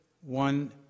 one